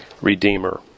redeemer